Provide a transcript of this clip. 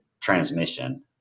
transmission